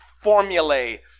formulae